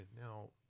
now